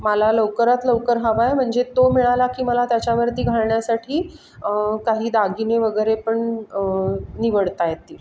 मला लवकरात लवकर हवा आहे म्हणजे तो मिळाला की मला त्याच्यावरती घालण्यासाठी काही दागिने वगैरे पण निवडता येतील